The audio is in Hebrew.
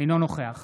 אינו נוכח